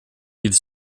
ils